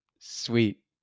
sweet